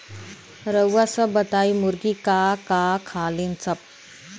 रउआ सभ बताई मुर्गी का का खालीन सब?